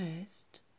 first